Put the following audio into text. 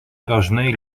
dažnai